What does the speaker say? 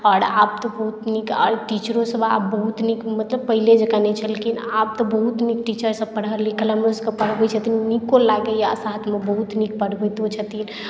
आओर आब तऽ बहुत नीक टीचरोसभ आब बहुत नीक मतलब पहिने जकाँ नहि छलखिन आब तऽ बहुत नीक टीचरसभ पढ़ल लिखल हमरोसभकेँ पढ़बै छथिन नीको लागैए आ साथमे बहुत नीक पढ़बितो छथिन